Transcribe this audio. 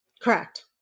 Correct